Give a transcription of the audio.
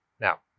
Now